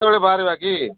କେତେବେଳେ ବାହାରିବା କି